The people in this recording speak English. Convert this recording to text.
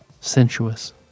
sensuous